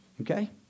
Okay